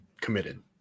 committed